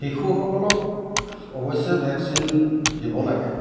শিশুসকলক অৱশ্যেই ভেকচিন দিব লাগে